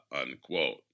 unquote